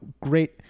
great